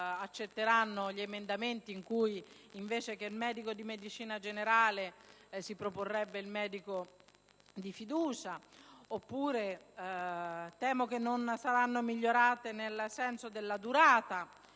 accettati gli emendamenti in cui, invece che il medico di medicina generale, si propone il medico di fiducia. Temo altresì che non saranno migliorate nella loro durata,